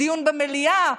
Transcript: דיון במליאה,